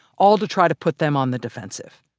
all to try to put them on the defensive.